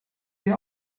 wir